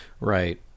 Right